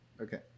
Okay